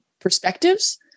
perspectives